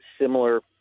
similar